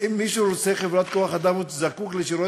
אם מישהו רוצה חברת כוח-אדם הוא זקוק לשירות